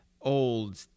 old